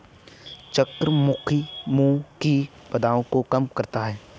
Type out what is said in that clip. चक्रफूल मुंह की बदबू को कम करता है